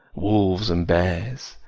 wolves and bears,